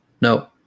no